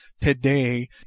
today